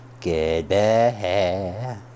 Goodbye